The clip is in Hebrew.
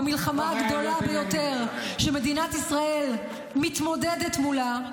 במלחמה הגדולה ביותר שמדינת ישראל מתמודדת מולה,